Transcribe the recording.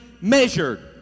measured